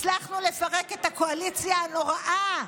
הצלחנו לפרק את הקואליציה הנוראה,